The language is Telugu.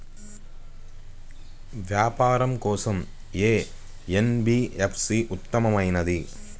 వ్యాపారం కోసం ఏ ఎన్.బీ.ఎఫ్.సి ఉత్తమమైనది?